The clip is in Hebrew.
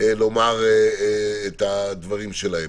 לומר את הדברים שלהם.